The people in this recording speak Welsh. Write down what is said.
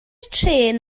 trên